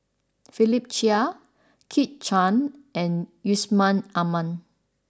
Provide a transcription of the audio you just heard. Philip Chia Kit Chan and Yusman Aman